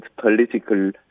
political